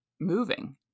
moving